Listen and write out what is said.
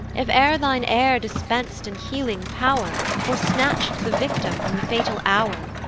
if ere thine air dispens'd an healing pow'r, or snatch'd the victim from the fatal hour,